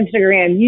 Instagram